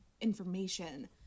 information